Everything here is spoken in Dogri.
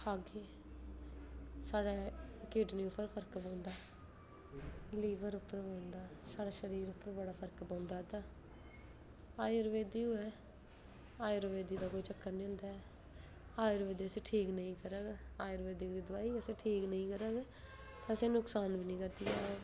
खागे साढ़े किडनी उप्पर फर्क पौंदा लिवर पर पौंदा ते साढ़े शरीर पर बी बड़ा फर्क पौंदा आयुर्वेदिक होए आयुर्वेदिक दा कोई चक्कर निं होंदा आयुर्वेदिक असें गी ठीक निं करग ते नुकसान बी निं करदी